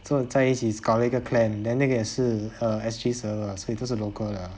坐在一起搞了一个 clan then 那个也是 err S_G server 所以是 local 的